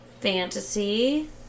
fantasy